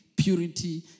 Purity